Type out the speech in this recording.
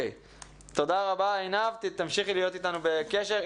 תודה רבה עינב, תמשיכי להיות איתנו בקשר.